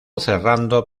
cerrando